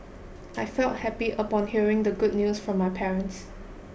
I felt happy upon hearing the good news from my parents